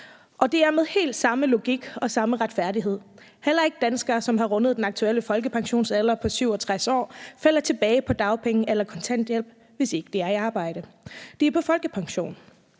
Det er med helt samme logik og samme retfærdighed. Heller ikke danskere, som har rundet den aktuelle folkepensionsalder på 67 år, falder tilbage på dagpenge eller kontanthjælp, hvis ikke de er i arbejde. De er på folkepension.